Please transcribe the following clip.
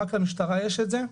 רק למשטרה יש את זה.